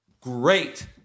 Great